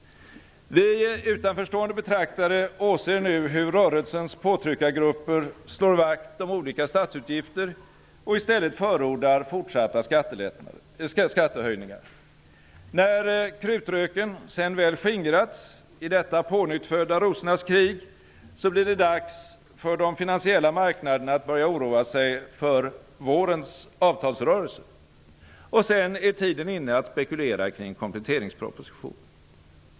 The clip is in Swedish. Vi utanförstående betraktare åser nu hur rörelsens påtryckargrupper slår vakt om olika statsutgifter och i stället förordar fortsatta skattehöjningar. När krutröken sedan väl skingrats i detta pånyttfödda rosornas krig, blir det dags för de finansiella marknaderna att börja oroa sig för vårens avtalsrörelse. Och sedan är tiden inne att spekulera kring kompletteringspropositionen.